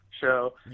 show